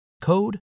code